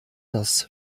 das